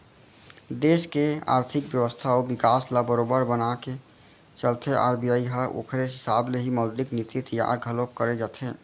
देस के आरथिक बेवस्था अउ बिकास ल बरोबर बनाके चलथे आर.बी.आई ह ओखरे हिसाब ले ही मौद्रिक नीति तियार घलोक करे जाथे